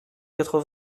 quatre